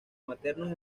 maternos